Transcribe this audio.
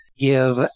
Give